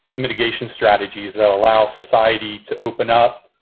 mitigation strategies that allow society to open up,